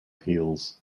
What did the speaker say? heels